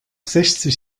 sechzig